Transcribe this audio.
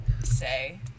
Say